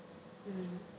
mmhmm